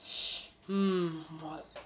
hmm what